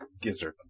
Gizzard